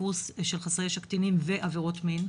קורס של חסרי ישע קטינים ועבירות מין,